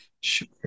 Sure